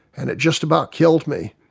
and it just about killed me,